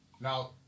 Now